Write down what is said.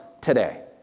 today